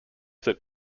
that